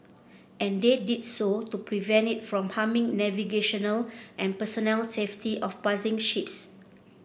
and they did so to prevent it from harming navigational and personnel safety of passing ships